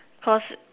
first